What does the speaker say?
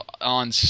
on